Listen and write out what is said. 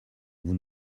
vous